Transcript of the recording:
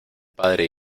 padre